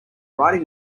writing